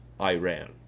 Iran